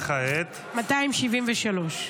כעת נצביע על --- 273.